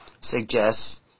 suggests